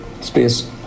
space